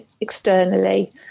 externally